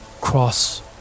cross